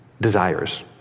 desires